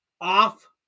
off